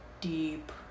deep